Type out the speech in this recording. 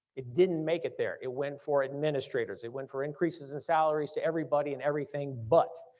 it didn't make it there. it went for administrators. it went for increases and salaries to everybody and everything but,